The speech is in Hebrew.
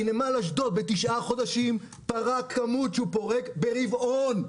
כי נמל אשדוד בתשעה חודשים פרק כמות שהוא פורק ברבעון,